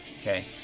okay